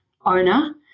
owner